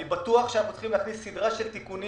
אני בטוח שאנחנו צריכים להכניס סדרה של תיקונים